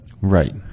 Right